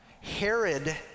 Herod